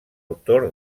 autor